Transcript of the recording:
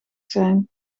zijn